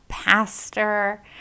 pastor